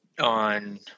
on